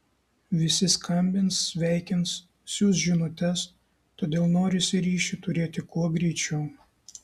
visi skambins sveikins siųs žinutes todėl norisi ryšį turėti kuo greičiau